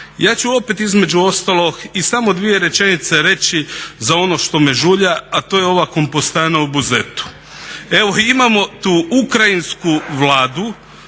Ja ću opet između ostalog i samo dvije rečenice reći za ono što me žulja, a to je ona kompostana u Buzetu. Evo imamo tu Ukrajinsku vladu